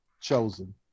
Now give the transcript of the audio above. chosen